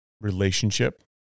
relationship